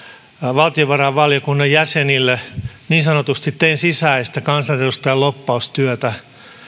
valtiovarainvaliokunnan jäsenille niin sanotusti tein sisäistä kansanedustajan lobbaustyötä